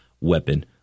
weapon